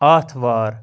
آتھوار